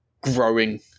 growing